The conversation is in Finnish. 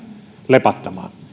lepattamaan